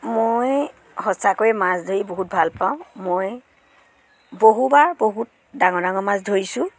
মই সঁচাকৈ মাছ ধৰি বহুত ভাল পাওঁ মই বহুবাৰ বহুত ডাঙৰ ডাঙৰ মাছ ধৰিছোঁ